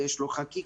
ויש לו חקיקה,